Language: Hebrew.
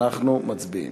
אנחנו מצביעים.